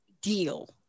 deal